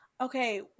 okay